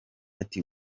ati